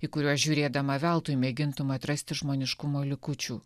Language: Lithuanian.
į kuriuos žiūrėdama veltui mėgintum atrasti žmogiškumo likučių